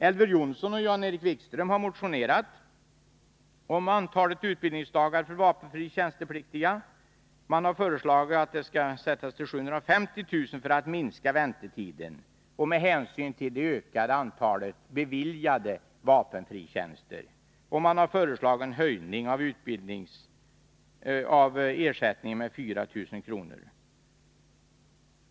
Elver Jonsson och Jan-Erik Wikström har i en motion föreslagit att antalet utbildningsdagar för vapenfria tjänstepliktiga skall vara 750 000 för att väntetiden skall minska — och med hänsyn till det ökade antalet beviljade vapenfritjänster. Man har också föreslagit en höjning av bidraget till utbildningsanordnarna till 4 000 kr.